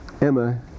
Emma